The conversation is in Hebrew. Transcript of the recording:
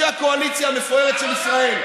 השיפוע פה היה צריך להתיישר מהבושה,